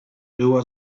była